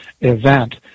event